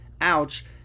Ouch